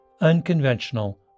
unconventional